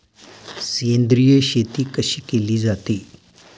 सेंद्रिय शेती कशी केली जाते?